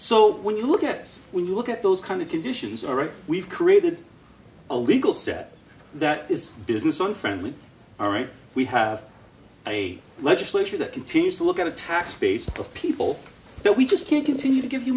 so when you look at this when you look at those kind of conditions already we've created a legal set that is business unfriendly all right we have a legislature that continues to look at a tax base of people that we just can't continue to give you